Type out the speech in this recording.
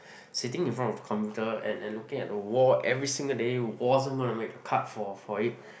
sitting in front of a computer and and looking at a wall every single day wasn't gonna make a cut for for it